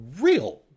real